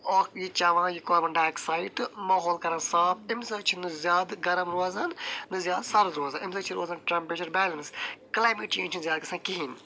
اکھ یہِ چٮ۪وان یہِ کاربن ڈاکساٮ۪ڈ تہٕ ماحول کران صاف امہِ سۭتۍ چھُ نہٕ زیادٕ گرم روزان نہٕ زیادٕ سرٕد روزان امہِ سۭتۍ چھُ روزان ٹٮ۪مپرٮ۪چر بٮ۪لنس کلایمیٹ چٮ۪نج چھُ نہٕ زیادٕ گژھان کہینۍ